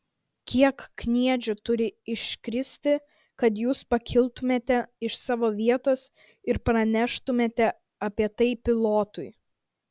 kiek kniedžių turi iškristi kad jūs pakiltumėte iš savo vietos ir praneštumėte apie tai pilotui